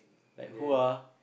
like who ah